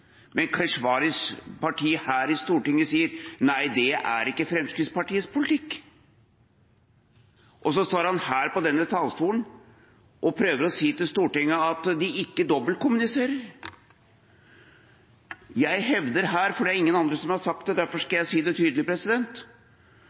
Men Keshvaris parti her i Stortinget sier nei, det er ikke Fremskrittspartiets politikk. Så står han på denne talerstolen og prøver å si til Stortinget at de ikke dobbeltkommuniserer! Jeg hevder her – det er ingen andre som har sagt det, derfor skal jeg si det tydelig: